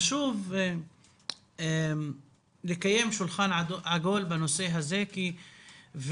חשוב לקיים שולחן עגול בנושא הזה ושהצדדים